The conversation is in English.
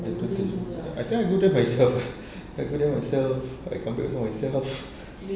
I don't think I think I go there by self I go there myself I come back pun myself